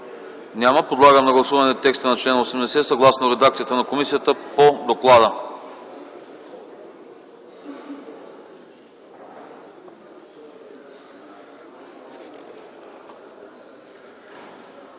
Няма. Подлагам на гласуване текста на чл. 80 съгласно редакцията на комисията по доклада.